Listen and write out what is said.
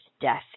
death